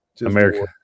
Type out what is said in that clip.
america